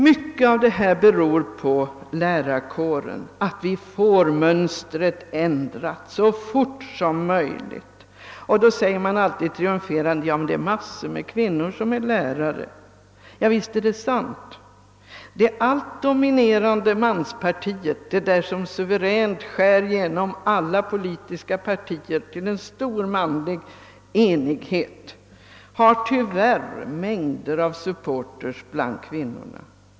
Mycket av detta beror på lärarkåren; vi måste få mönstret ändrat så fort som möjligt. Till detta säger man alltid triumferande: Massor med kvinnor är lärare! Visst är det sant. Det allt dominerande manspartiet, det som suveränt skär genom alla politiska partier till en stor manlig enighet, har tyvärr mängder av supporters bland kvinnorna.